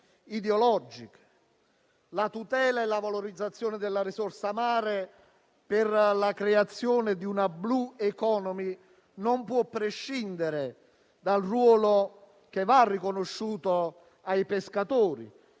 ideologiche. La tutela e la valorizzazione della risorsa mare per la creazione di una *blue economy* non possono prescindere dal ruolo che va riconosciuto ai pescatori,